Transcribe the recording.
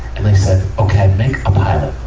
and they said, okay, make a pilot.